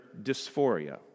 dysphoria